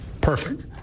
perfect